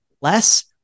less